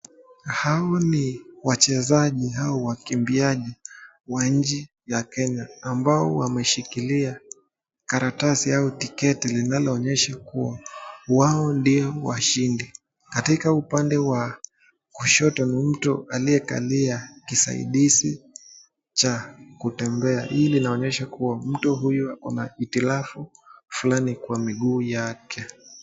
Hao ni wachezaji au wakimbiaji wa nchi ya Kenya, ambao wameshikilia karatasi au tiketi linaloonyesha kuwa wao ndio washindi. Katika upande wa kushoto ni mtu aliyekalia kisaidizi cha kutembea. Hii inaonyesha huwa mtu huyu akona hitilafu fulani kwa miguu yake.